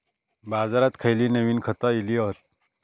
बाजारात खयली नवीन खता इली हत?